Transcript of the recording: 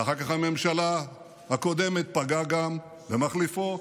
ואחר כך הממשלה הקודמת פגעה גם במחליפו.